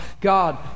God